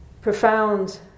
profound